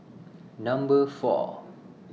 Number four